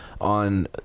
on